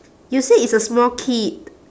you said it's a small kid